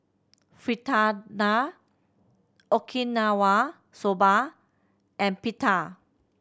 Fritada Okinawa Soba and Pita